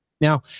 now